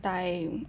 like